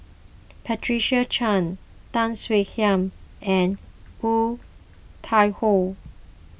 Patricia Chan Tan Swie Hian and Woon Tai Ho